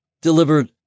Delivered